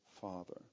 Father